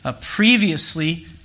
previously